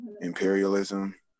imperialism